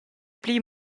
pli